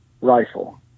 rifle